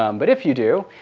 um but if you do,